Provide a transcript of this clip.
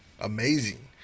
Amazing